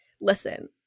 listen